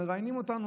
מראיינים אותנו,